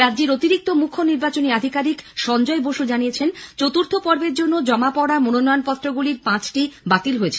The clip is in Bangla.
রাজ্যের অতিরিক্ত মুখ্য নির্বাচনী আধাকিরিক সঞ্জয় বস জানিয়েছেন চতুর্থ পর্বের জন্য জমা পড়া মনোনয়ন পত্রের পাঁচটি বাতিল হয়েছে